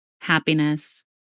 happiness